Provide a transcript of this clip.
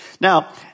Now